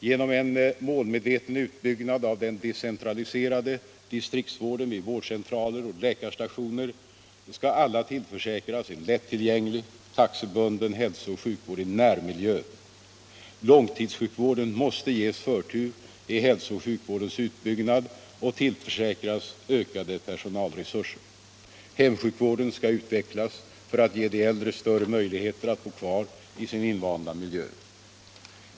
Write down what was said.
Genom en målmedveten utbyggnad av den decentraliserade distriktsvården vid vårdcentraler och läkarstationer skall alla tillförsäkras en lättillgänglig, taxebunden hälsooch sjukvård i närmiljön. Långtidssjukvården måste ges förtur i hälsooch sjukvårdens utbyggnad och tillförsäkras ökade personalresurser. Hemsjukvården skall utvecklas för att ge de äldre större möjligheter att bo kvar i sin invanda miljö.